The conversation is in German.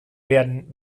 werden